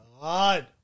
God